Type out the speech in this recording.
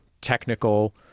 technical